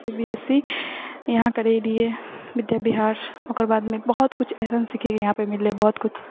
C B S E यहाँ करैलिऐ विद्या विहार ओकर बादमे बहुत किछु एइसन सीखएके यहाँ पर मिललै बहुत किछु